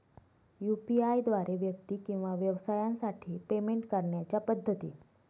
UPI द्वारे व्यक्ती किंवा व्यवसायांसाठी पेमेंट करण्याच्या पद्धती